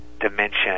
dimension